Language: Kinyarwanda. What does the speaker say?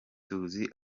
tuzi